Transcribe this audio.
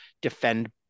defend